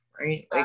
right